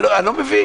אני לא מבין.